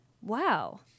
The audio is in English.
Wow